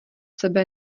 sebe